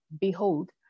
behold